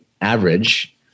average